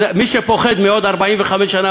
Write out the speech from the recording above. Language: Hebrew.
אז מי שפוחד מעוד 45 שנה,